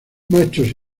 machos